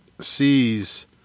sees